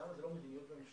למה זה לא מדיניות ממשלה?